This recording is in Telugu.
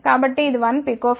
కాబట్టి ఇది 1 pF